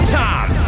time